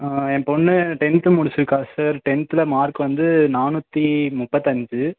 என் பொண்ணு டென்த்து முடிச்சுருக்கா சார் டென்த்தில் மார்க் வந்து நானூற்றி முப்பத்தஞ்சு